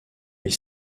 les